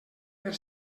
per